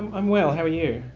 i'm well, how are you?